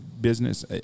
business